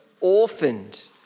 orphaned